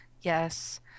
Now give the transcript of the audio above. Yes